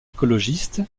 écologiste